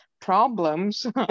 problems